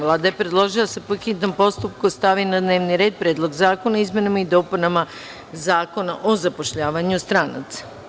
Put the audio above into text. Vlada je predložila da se po hitnom postupku stavi na dnevni red – Predlog zakona o izmenama i dopunama Zakona o zapošljavanju stranaca.